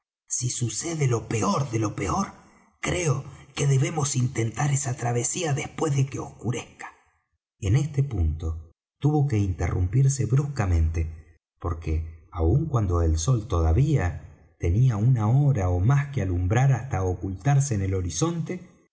si sucede lo peor de lo peor creo debemos intentar esa travesía después de que oscurezca en este punto tuvo que interrumpirse bruscamente porque aun cuando el sol tenía todavía una hora ó más que alumbrar hasta ocultarse en el horizonte